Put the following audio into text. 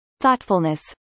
thoughtfulness